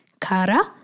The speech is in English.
Kara